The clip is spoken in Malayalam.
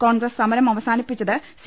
കോൺഗ്രസ് സമരം അവ സാനിപ്പിച്ചത് സി